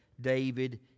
David